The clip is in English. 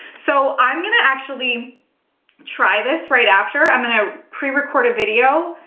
so i'm going to actually try this right after, i'm gonna pre record a video